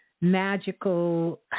magical